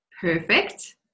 Perfect